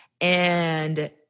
and-